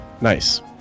nice